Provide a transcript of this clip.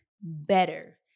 better